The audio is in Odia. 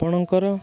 ଆପଣଙ୍କର